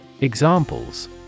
Examples